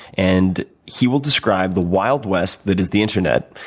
and he will describe the wild west that is the internet.